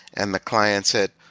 and the client said,